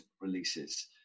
releases